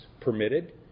permitted